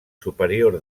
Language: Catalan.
superior